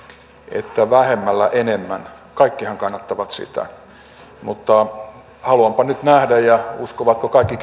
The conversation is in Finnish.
että vähemmällä enemmän kaikkihan kannattavat sitä mutta haluanpa nyt nähdä ja uskovatko kaikki